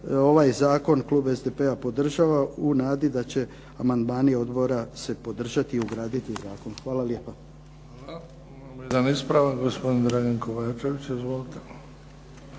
ovaj zakon klub SDP-a podržava u nadi da će amandmani odbora se podržati i ugraditi u zakon. Hvala lijepa. **Bebić, Luka (HDZ)** Hvala. Imamo jedan ispravak, gospodin Dragan Kovačević. Izvolite.